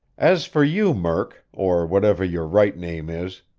as for you murk, or whatever your right name is,